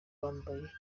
bambaye